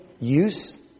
use